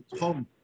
home